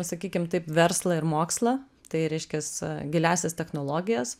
sakykim taip verslą ir mokslą tai reiškias giliąsias technologijas